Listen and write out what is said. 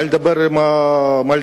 מה נדבר על אופקים,